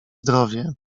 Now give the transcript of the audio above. zdrowie